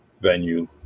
venue